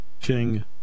King